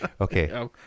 Okay